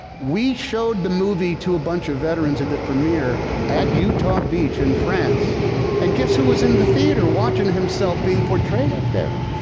we showed the movie to a bunch of veterans at the premiere at utah beach in france and guess who was in the theater watching himself being portrayed up there?